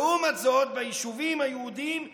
לעומת זאת, ביישובים היהודיים,